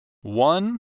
One